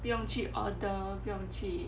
不用去 order 不用去